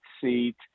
seat